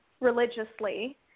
religiously